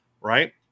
right